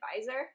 advisor